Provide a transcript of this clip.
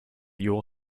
your